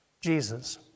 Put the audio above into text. Jesus